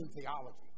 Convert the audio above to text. theology